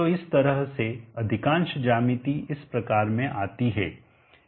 तो इस तरह से अधिकांश ज्यामिति इस प्रकार में आती हैं